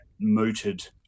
mooted